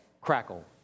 crackle